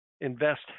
invest